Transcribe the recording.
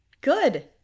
Good